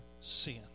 sin